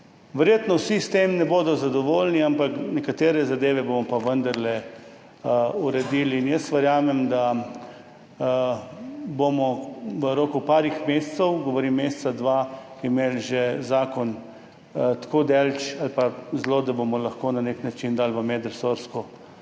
Verjetno s tem ne bodo zadovoljni vsi, ampak nekatere zadeve bomo pa vendarle uredili. Verjamem, da bomo v roku nekaj mesecev, govorim meseca, dveh, imeli zakon že tako daleč, da bomo lahko na nek način dali v medresorsko